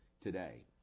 today